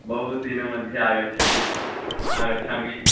बहुदिनमध्ये आगच्छति आगच्छामि